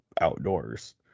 outdoors